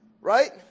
right